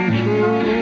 true